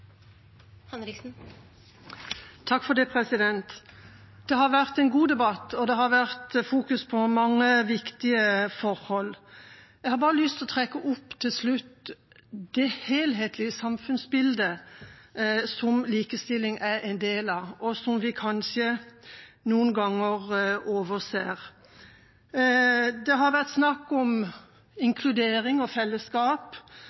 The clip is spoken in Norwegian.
Det har vært en god debatt, og det har vært fokusert på mange viktige forhold. Til slutt har jeg bare lyst til å trekke fram det helhetlige samfunnsbildet som likestilling er en del av, og som vi kanskje overser noen ganger. Det har vært snakk om